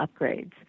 upgrades